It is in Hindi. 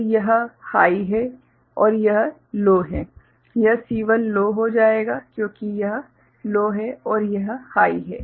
तो यह हाइ है और यह लो है यह C1 लो हो जाएगा क्योंकि यह लो है और यह हाइ है